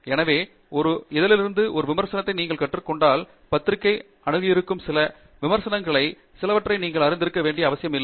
எனவே ஒரு இதழிலிருந்து ஒரு விமர்சனத்தை நீங்கள் பெற்றுக் கொண்டால் பத்திரிகை அணுகியிருக்கும் சில விமர்சகர்கள் சிலவற்றை நீங்கள் அறிந்திருக்க வேண்டிய அவசியம் இல்லை